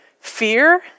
fear